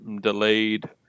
delayed